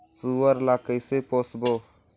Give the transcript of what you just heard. सुअर ला कइसे पोसबो?